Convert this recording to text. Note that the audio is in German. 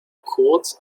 kurz